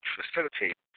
facilitate